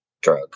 drug